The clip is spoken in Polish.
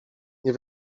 nie